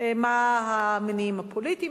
מה המניעים הפוליטיים,